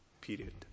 period